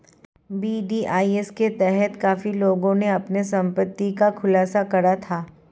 VDIS के तहत काफी लोगों ने अपनी संपत्ति का खुलासा करा था